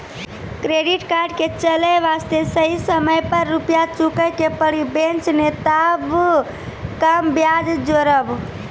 Credit card के चले वास्ते सही समय पर रुपिया चुके के पड़ी बेंच ने ताब कम ब्याज जोरब?